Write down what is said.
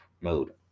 mode